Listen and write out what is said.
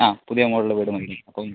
ആ പുതിയ മോഡല് വീട് മതി അപ്പം